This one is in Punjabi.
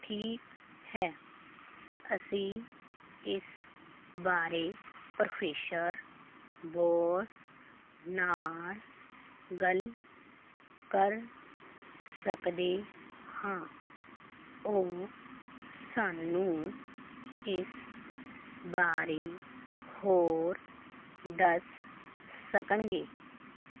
ਠੀਕ ਹੈ ਅਸੀਂ ਇਸ ਬਾਰੇ ਪ੍ਰੋਫੈਸਰ ਬੋਸ ਨਾਲ ਗੱਲ ਕਰ ਸਕਦੇ ਹਾਂ ਓਹ ਸਾਨੂੰ ਇਸ ਬਾਰੇ ਹੋਰ ਦੱਸ ਸਕਣਗੇ